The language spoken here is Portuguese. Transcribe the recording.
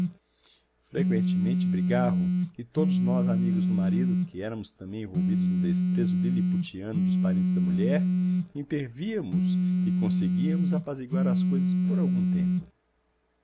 freqüentemente brigavam e todos nós amigos do marido que éramos também envolvidos no desprezo liliputiano dos parentes da mulher intervínhamos e conseguíamos apaziguar as coisas por algum tempo